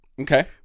Okay